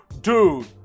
Dude